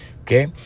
Okay